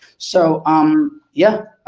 so um yeah,